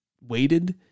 waited